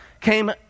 came